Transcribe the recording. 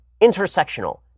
intersectional